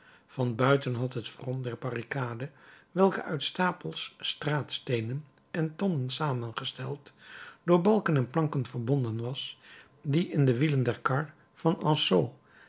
van buiten had het front der barricade welke uit stapels straatsteenen en tonnen samengesteld door balken en planken verbonden was die in de wielen der kar van anceau